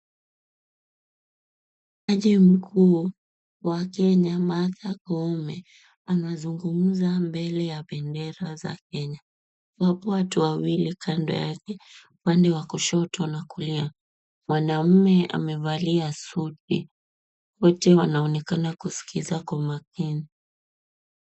Jaji mkuu wa kenya Martha Koome anazungumza mbele ya bendera za kenya huku watu wawili kando yake upande wa kulia na kushoto. Mwanamume amevalia suti wote wanaonekana kusikiza kwa umakini.